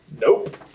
Nope